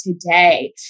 today